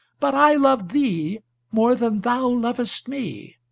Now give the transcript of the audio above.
but i love thee more than thou lovest me.